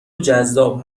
جذاب